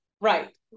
right